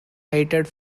cited